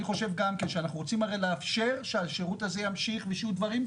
אני חושב שאנחנו רוצים הרי לאפשר שהשירות הזה ימשיך ושיהיו דברים,